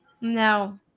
No